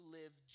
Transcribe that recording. live